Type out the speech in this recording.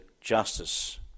justice